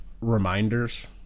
reminders